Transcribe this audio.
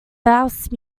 house